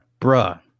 bruh